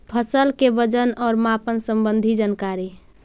फसल के वजन और मापन संबंधी जनकारी?